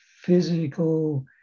physical